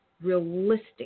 realistic